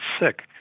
sick